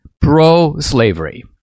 pro-slavery